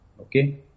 Okay